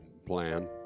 plan